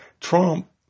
Trump